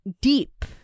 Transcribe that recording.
deep